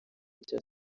icyo